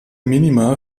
minima